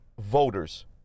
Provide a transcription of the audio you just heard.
voters